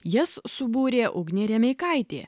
jas subūrė ugnė remeikaitė